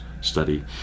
study